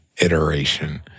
iteration